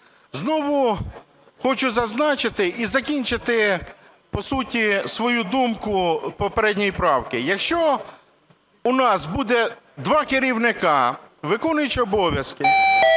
Знову хочу зазначити і закінчити, по суті, свою думку попередньої правки. Якщо у нас буде два керівника: виконуючий обов'язки